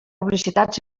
publicitat